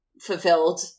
fulfilled